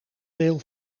deel